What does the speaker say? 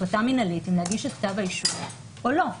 החלטה מינהלית אם להגיש את כתב האישום או לא.